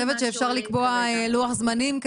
את חושבת שאפשר לקבוע לוח זמנים,